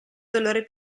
dolore